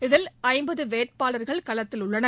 இதில் ஐம்பது வேட்பாளர்கள் களத்தில் உள்ளனர்